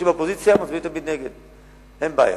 אלה שבאופוזיציה מצביעים תמיד נגד, אין בעיה.